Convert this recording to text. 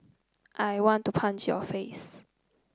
I want to punch your face